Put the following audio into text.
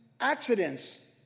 accidents